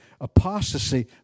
apostasy